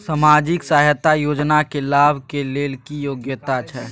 सामाजिक सहायता योजना के लाभ के लेल की योग्यता छै?